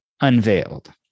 unveiled